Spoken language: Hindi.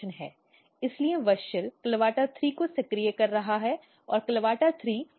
इसलिए wuschel CLAVATA3 को सक्रिय कर रहा है और CLAVATA 3 wuschel डोमेन को दबा रहा है